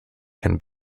can